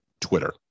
Twitter